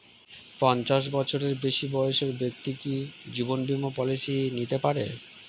পঞ্চাশ বছরের বেশি বয়সের ব্যক্তি কি জীবন বীমা পলিসি নিতে পারে?